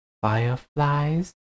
Fireflies